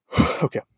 Okay